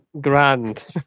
Grand